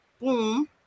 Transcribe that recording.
boom